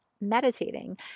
meditating